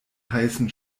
heißen